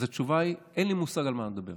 אז התשובה היא: אין לי מושג על מה את מדברת,